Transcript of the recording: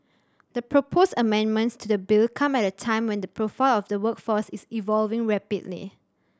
the proposed amendments to the bill come at a time when the profile of the workforce is evolving rapidly